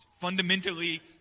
fundamentally